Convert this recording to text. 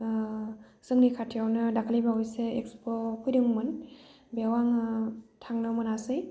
जोंनि खाथियावनो दाख्लैबावैसो एक्सप' फैदोंमोन बेयाव आङो थांनो मोनासै